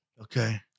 Okay